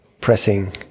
pressing